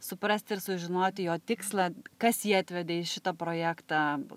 suprasti ir sužinoti jo tikslą kas jį atvedė į šitą projektą